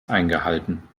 eingehalten